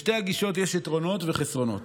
לשתי הגישות יש יתרונות וחסרונות,